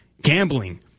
gambling